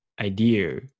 idea